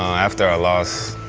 after our loss